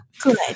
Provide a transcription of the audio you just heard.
Good